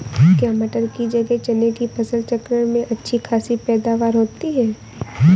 क्या मटर की जगह चने की फसल चक्रण में अच्छी खासी पैदावार होती है?